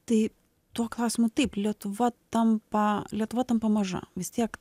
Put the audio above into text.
tai tuo klausimu taip lietuva tampa lietuva tampa maža vis tiek